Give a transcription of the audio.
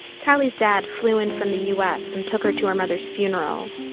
tali's dad flew in from the us, and took her to her mother's funeral